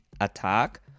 attack